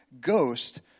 Ghost